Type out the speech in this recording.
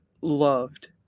loved